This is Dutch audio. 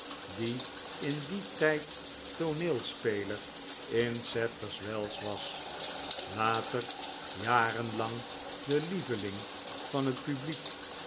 die in dien tijd tooneelspeler in sadlers wells was later jarenlang de lieveling van het publiek